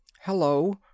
Hello